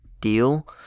deal